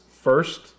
first